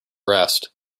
rest